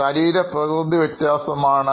ശരീരപ്രകൃതി വ്യത്യാസമാണ്